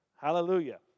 Hallelujah